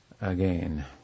again